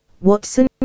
Watson